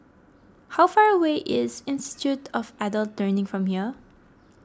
how far away is Institute of Adult Learning from here